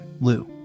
Lou